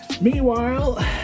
Meanwhile